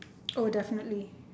oh definitely